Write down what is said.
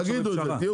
תגידו את זה,